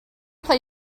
play